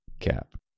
Cap